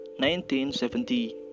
1970